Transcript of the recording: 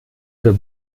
für